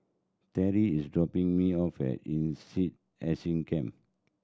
Terri is dropping me off at INSEAD Asia Campus